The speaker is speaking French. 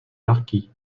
marquis